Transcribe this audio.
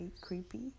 creepy